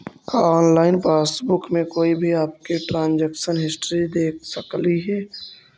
का online passbook में कोई भी आपकी ट्रांजेक्शन हिस्ट्री देख सकली हे